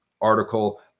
article